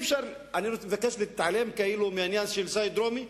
אני מבקש להתעלם כאילו מהעניין של שי דרומי,